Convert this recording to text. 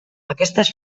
aquestes